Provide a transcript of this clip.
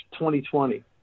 2020